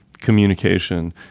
communication